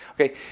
okay